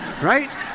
Right